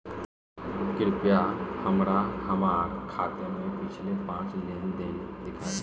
कृपया हमरा हमार खाते से पिछले पांच लेन देन दिखाइ